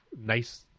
nice